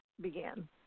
began